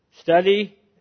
study